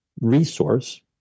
resource